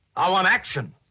i want action!